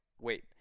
wait